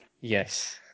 Yes